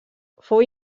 fou